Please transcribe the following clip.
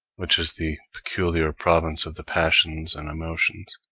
which is the peculiar province of the passions and emotions,